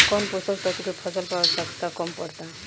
कौन पोषक तत्व के फसल पर आवशयक्ता कम पड़ता?